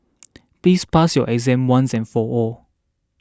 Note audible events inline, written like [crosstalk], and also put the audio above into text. [noise] please pass your exam once and for all